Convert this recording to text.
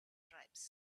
tribes